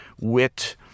wit